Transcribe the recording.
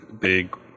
big